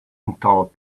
missile